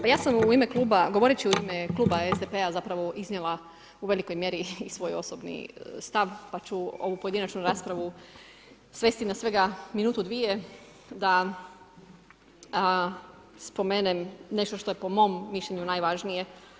Pa ja sam u ime kluba, govoreći u ime kluba SDP-a zapravo iznijela u velikoj mjeri i svoj osobni stav pa ću ovu pojedinačnu raspravu svesti na svega minutu, dvije da spomenem nešto što je po mom mišljenju najvažnije.